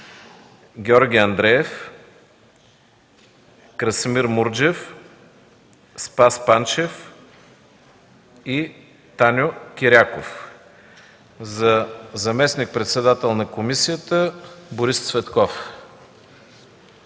Георги Андреев, Красимир Мурджев, Спас Панчев и Таню Киряков. За заместник-председател на комисията – Борис Цветков.